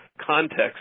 context